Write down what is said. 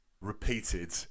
repeated